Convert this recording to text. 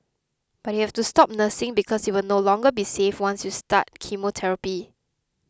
but you have to stop nursing because it will no longer be safe once you start chemotherapy